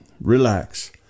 relax